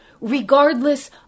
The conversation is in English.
regardless